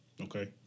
Okay